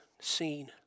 seen